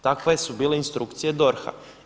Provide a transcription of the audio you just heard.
Takve su bile instrukcije DORH-a.